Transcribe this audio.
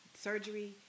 surgery